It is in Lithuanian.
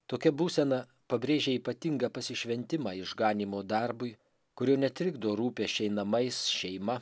tokia būsena pabrėžė ypatingą pasišventimą išganymo darbui kurių netrikdo rūpesčiai namais šeima